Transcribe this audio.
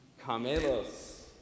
Camelos